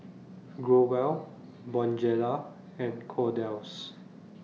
Growell Bonjela and Kordel's